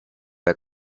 der